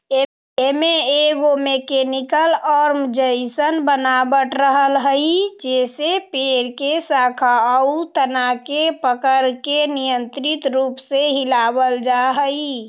एमे एगो mechanical arm जइसन बनावट रहऽ हई जेसे पेड़ के शाखा आउ तना के पकड़के नियन्त्रित रूप से हिलावल जा हई